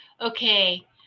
okay